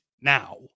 now